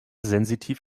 sensitiv